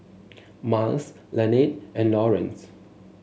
Myles Lanette and Lawrence